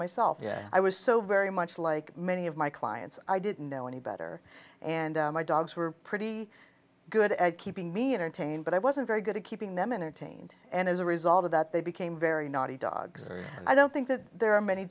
myself yet i was so very much like many of my clients i didn't know any better and my dogs were pretty good at keeping me entertained but i wasn't very good at keeping them in a taint and as a result of that they became very naughty dogs and i don't think that there are many